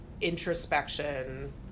introspection